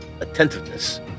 attentiveness